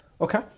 Okay